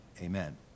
amen